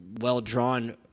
well-drawn